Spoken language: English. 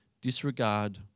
disregard